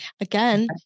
Again